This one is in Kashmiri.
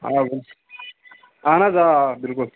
آ اَہن حظ آ آ بِلکُل